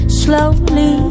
slowly